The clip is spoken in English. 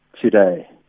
today